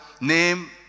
name